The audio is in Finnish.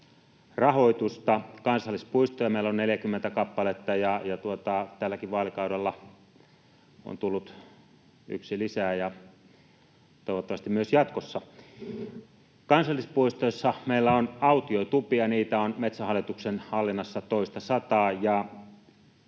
rahoitusta. Kansallispuistoja meillä on 40 kappaletta. Tälläkin vaalikaudella on tullut yksi lisää, ja toivottavasti myös jatkossa. Kansallispuistoissa meillä on autiotupia, niitä on Metsähallituksen hallinnassa toista sataa,